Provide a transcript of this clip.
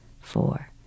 four